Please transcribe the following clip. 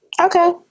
Okay